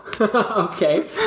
Okay